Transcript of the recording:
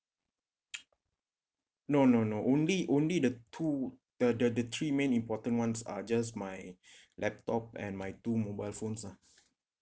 no no no only only the two the the the three main important ones are just my laptop and my two mobile phones lah